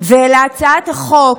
ולהצעת החוק.